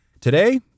Today